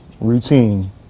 routine